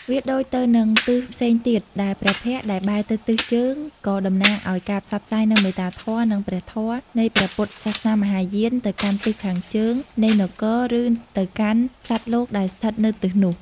វាដូចទៅនឹងទិសផ្សេងទៀតដែរ ព្រះភ័ក្ត្រដែលបែរទៅទិសជើងក៏តំណាងឱ្យការផ្សព្វផ្សាយនូវមេត្តាធម៌និងព្រះធម៌នៃព្រះពុទ្ធសាសនាមហាយានទៅកាន់ទិសខាងជើងនៃនគរ ឬទៅកាន់សត្វលោកដែលស្ថិតនៅទិសនោះ។